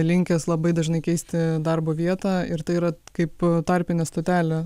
linkęs labai dažnai keisti darbo vietą ir tai yra kaip tarpinė stotelė